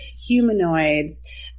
Humanoids